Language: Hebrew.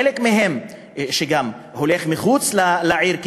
חלק מהם הולך לגור מחוץ לעיר,